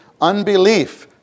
Unbelief